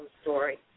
story